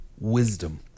wisdom